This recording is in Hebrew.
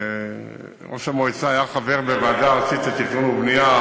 ראש המועצה היה חבר בוועדה הארצית לתכנון ובנייה,